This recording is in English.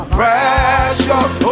precious